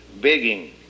begging